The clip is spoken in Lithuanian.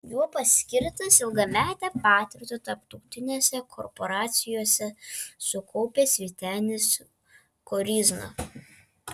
juo paskirtas ilgametę patirtį tarptautinėse korporacijose sukaupęs vytenis koryzna